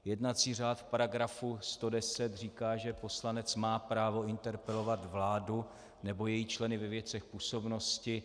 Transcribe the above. Jednací řád v § 110 říká, že poslanec má právo interpelovat vládu nebo její členy ve věcech působnosti.